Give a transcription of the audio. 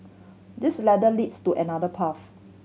this ladder leads to another path